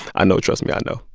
i know. trust me, i know.